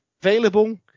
Available